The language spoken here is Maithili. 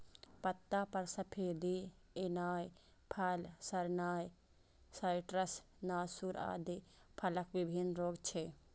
पत्ता पर सफेदी एनाय, फल सड़नाय, साइट्र्स नासूर आदि फलक विभिन्न रोग छियै